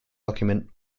document